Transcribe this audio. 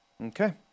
Okay